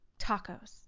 tacos